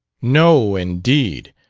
no, indeed!